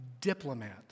diplomat